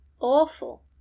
awful